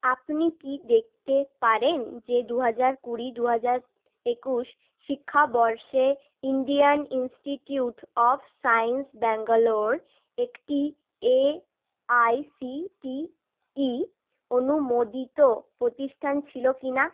আপনি কি দেখতে পারেন যে দু হাজার কুড়ি দু হাজার একুশ শিক্ষাবর্ষে Indian Institute of Science Bangalore একটি এআইসিটিই অনুমোদিত প্রতিষ্ঠান ছিলো কি না